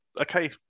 Okay